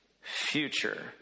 future